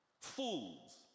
Fools